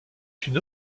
une